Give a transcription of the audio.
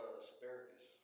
asparagus